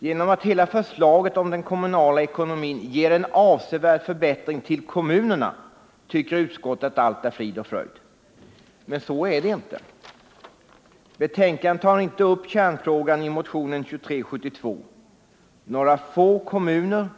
Genom att hela förslaget om den kommunala ekonomin ger en avsevärd förbättring till kommunerna tycker utskottet att allt är frid och fröjd. Men så är det inte. Betänkandet tar inte upp kärnfrågan i motionen 2372, dvs. att några få kommuner